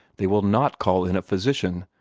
they will not call in a physician,